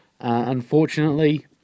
Unfortunately